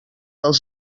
els